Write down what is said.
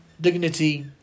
dignity